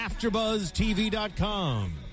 AfterBuzzTV.com